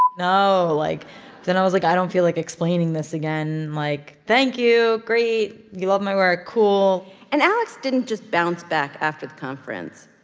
ugh no. like then i was like, i don't feel like explaining this again. like, thank you. great. you love my work. cool and alex didn't just bounce back after the conference.